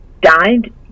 died